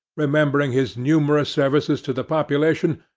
remembering his numerous services to the population,